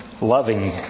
loving